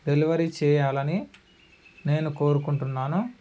delivery చేయాలని నేను కోరుకుంటున్నాను